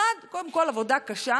קודם כול, עבודה קשה